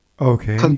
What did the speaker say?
Okay